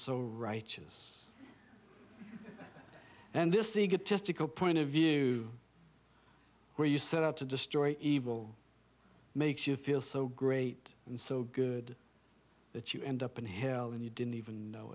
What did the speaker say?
so right choice and this egotistical point of view where you set out to destroy evil makes you feel so great and so good that you end up in hell when you didn't even know